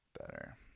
better